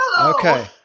Okay